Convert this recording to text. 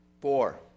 Four